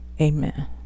Amen